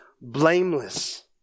blameless